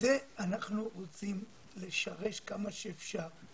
זה אנחנו רוצים לשרש כמה שאפשר.